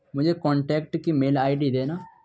مجھے کانٹیکٹ کی mail I D دینا